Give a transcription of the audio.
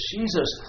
Jesus